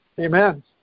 Amen